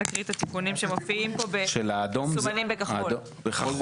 שמופיעים פה, שמסומנים בכחול.